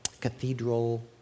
cathedral